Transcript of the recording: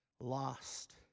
lost